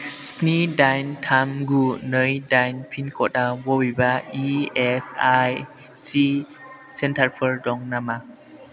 स्नि दाइन थाम गु नै दाइन पिनक'डआव बबेबा इएसआइसि सेन्टारफोर दं नामा